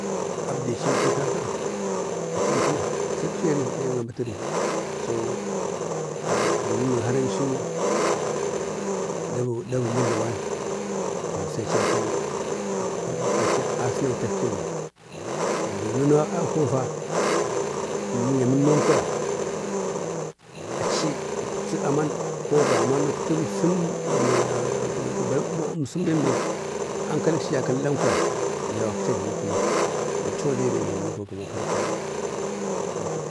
Abdechiyke kaka? achi əmta na sai uktleri ɗe amatəri. so əmdən duwon har ənchu dabu majlawan to sai achi aikon asunautak femdo. əmɗan nanu akofa, əmdən jlamu ənnom kwaya achi uktu aman ko gaman uktu əmsən bembe ankaləkchi ja kallam kwaya jlawakchi ajluwu kulum. əmcho bewbe miko kama kalkala.